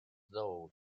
though